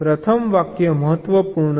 પ્રથમ વાક્ય મહત્વપૂર્ણ છે